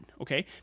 okay